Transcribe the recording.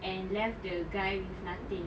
and left the guy with nothing